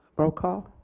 roll call.